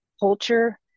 culture